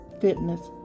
fitness